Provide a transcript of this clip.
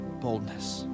boldness